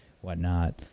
whatnot